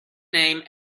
name